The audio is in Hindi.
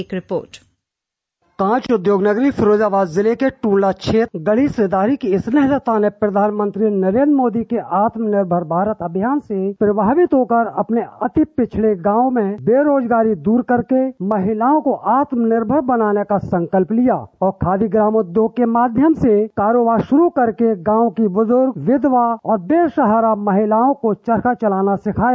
एक रिपोट कॉच उद्योग नगरी फिरोजाबाद जिले के टूण्डला क्षेत्र गढी सिधारी की स्नेहलता ने प्रधानमंत्री नरेन्द्र मोदी के आत्मनिर्भर भारत अभियान से प्रभावित होकर अपने अति पिछड़े गॉव में बेरोजगारी दूर करके महिलाओं को आत्म निर्भर बनाने का संकल्प लिया और खादी ग्रामोद्योग के माध्यम से कारोबार शुरू करके गॉव की बुजुर्ग विधवा और बेसहारा महिलाओं को चरखा चलाना सिखाया